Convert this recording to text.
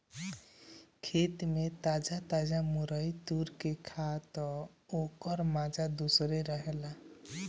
खेते में ताजा ताजा मुरई तुर के खा तअ ओकर माजा दूसरे रहेला